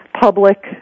public